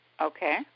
Okay